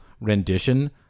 rendition